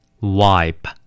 Wipe